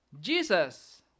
jesus